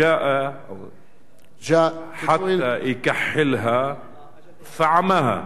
אִגַ'א חַתַא יכַּחִלְהַא פַעָמַאהַא.